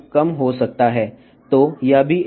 కాబట్టి అది కూడా సాధ్యమయ్యే పరిష్కారం కాదు